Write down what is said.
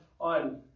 on